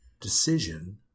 decision